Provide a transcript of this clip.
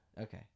Okay